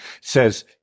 says